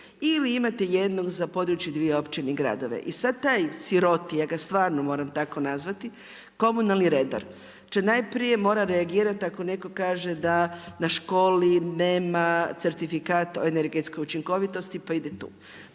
ili imate jednog za područje 2 općine i gradove. I sad taj siroti, ja ga stvarno moram tako nazvati, komunalni redar, će najprije morati reagirati, ako netko kaže da na školi nema certifikat o energetskoj učinkovitosti, pa ide tu.